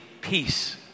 Peace